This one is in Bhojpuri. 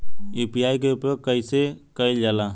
यू.पी.आई के उपयोग कइसे कइल जाला?